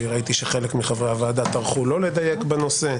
כי ראיתי שחלק מחברי הוועדה טרחו לא לדייק בנושא,